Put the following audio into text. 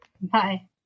Bye